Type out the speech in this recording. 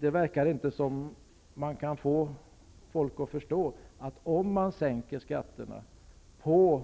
Det förefaller inte som att man kan få folk att förstå att om skatterna sänks på